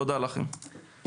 תודה לכם.